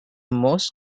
most